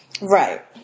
Right